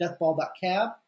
deathball.cab